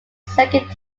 second